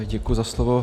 Děkuji za slovo.